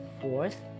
Fourth